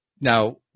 Now